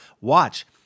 watch